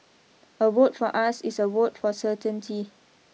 a vote for us is a vote for certainty